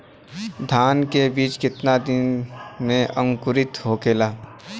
धान के बिज कितना दिन में अंकुरित होखेला?